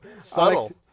Subtle